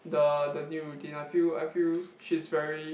the the new routine I feel I feel she's very